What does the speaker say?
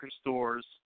stores